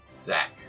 Zach